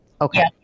Okay